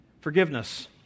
forgiveness